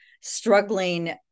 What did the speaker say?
struggling